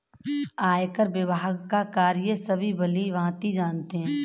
आयकर विभाग का कार्य सभी भली भांति जानते हैं